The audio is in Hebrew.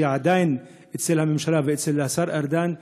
שהיא עדיין אצל הממשלה ואצל השר ארדן,